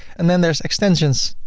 and then there's extensions.